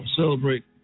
celebrate